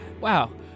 wow